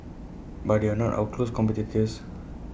but they are not our close competitors